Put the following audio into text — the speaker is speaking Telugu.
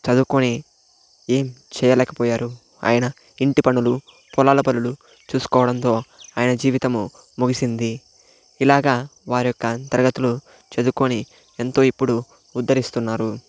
చదువుకొని ఏమి చేయలేకపోయారు ఆయన ఇంటి పనులు పొలాల పనులు చూసుకోవడంతో ఆయన జీవితము ముగిసింది ఇలాగా వారి యొక తరగతులు చదువుకొని ఎంతో ఇప్పుడు ఉద్ధరిస్తున్నారు